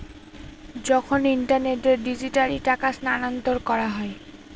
যখন ইন্টারনেটে ডিজিটালি টাকা স্থানান্তর করা হয়